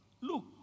Look